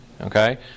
Okay